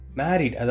married